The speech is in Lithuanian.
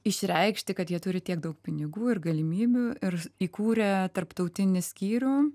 išreikšti kad jie turi tiek daug pinigų ir galimybių ir įkūrė tarptautinį skyrių